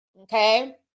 okay